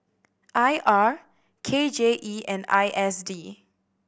I R K J E and I S D